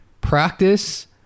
Practice